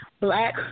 black